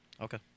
Okay